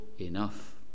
enough